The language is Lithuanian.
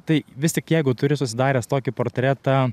tai vis tik jeigu turi susidaręs tokį portretą